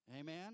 amen